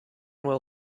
will